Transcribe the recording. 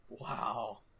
Wow